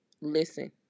listen